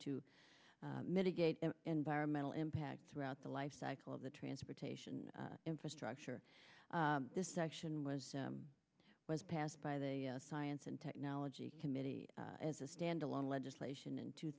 to mitigate environmental impact throughout the life cycle of the transportation infrastructure this action was was passed by the science and technology committee as a standalone legislation in two